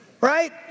right